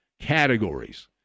categories